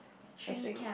I think